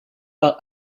par